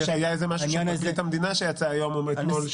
ראיתי שהיה משהו שפרקליט המדינה שיצא היום או אתמול,